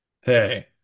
Hey